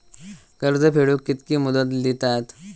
कर्ज फेडूक कित्की मुदत दितात?